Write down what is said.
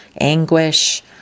anguish